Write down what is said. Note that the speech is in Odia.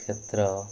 କ୍ଷେତ୍ର